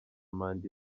manda